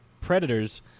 predators